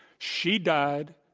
she died.